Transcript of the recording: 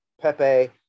Pepe